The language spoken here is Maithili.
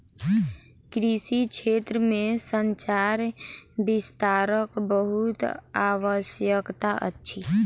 कृषि क्षेत्र में संचार विस्तारक बहुत आवश्यकता अछि